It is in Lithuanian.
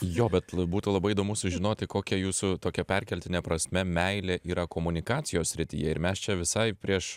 jo bet būtų labai įdomu sužinoti kokia jūsų tokia perkeltine prasme meilė yra komunikacijos srityje ir mes čia visai prieš